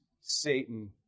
Satan